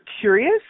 curious